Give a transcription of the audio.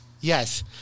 Yes